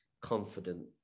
confident